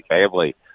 family